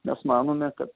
mes manome kad